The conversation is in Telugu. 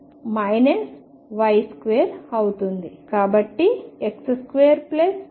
కాబట్టి X2L222mV02 2mE22mV02L22